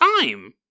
time